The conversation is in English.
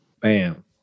bam